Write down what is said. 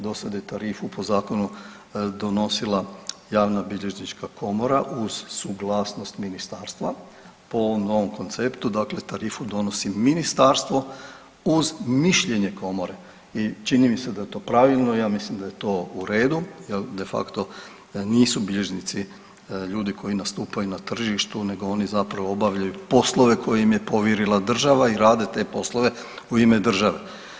Dosada je tarifu po zakonu donosila javnobilježnička komora uz suglasnost ministarstva, po ovom novom konceptu dakle tarifu donosi ministarstvo uz mišljenje komore i čini mi se da je to pravilno, ja mislim da je to u redu jel de facto nisu bilježnici ljudi koji nastupaju na tržištu nego oni zapravo obavljaju poslove koje im je povjerila država i rade te poslove u ime države.